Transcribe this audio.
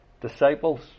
disciples